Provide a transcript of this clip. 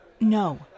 No